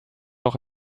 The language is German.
auch